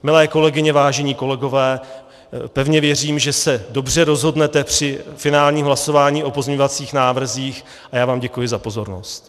Milé kolegyně, vážení kolegové, pevně věřím, že se dobře rozhodnete při finálním hlasování o pozměňovacích návrzích, a já vám děkuji za pozornost.